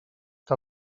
que